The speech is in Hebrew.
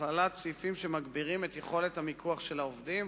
והכללת סעיפים שמגבירים את יכולת המיקוח של העובדים,